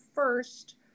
first